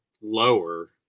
lower